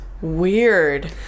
weird